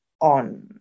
on